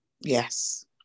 Yes